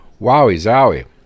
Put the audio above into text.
wowie-zowie